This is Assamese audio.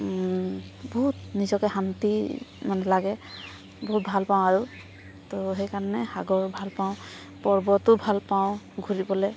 বহুত নিজকে শান্তি মানে লাগে বহুত ভাল পাওঁ আৰু তো সেইকাৰণে সাগৰ ভাল পাওঁ পৰ্বতো ভাল পাওঁ ঘূৰিবলৈ